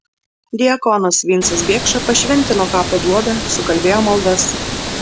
diakonas vincas biekša pašventino kapo duobę sukalbėjo maldas